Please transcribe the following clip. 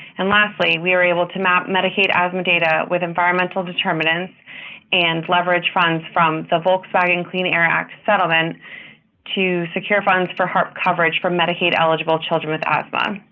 and lastly, we were able to map medicaid asthma data with environmental determinants and leverage funds from the volkswagen clean air act settlement to secure funds for harp coverage for medicaid-eligible children with asthma.